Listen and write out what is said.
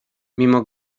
mimo